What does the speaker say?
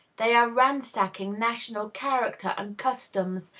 they are ransacking national character and customs,